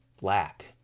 lack